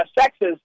sexes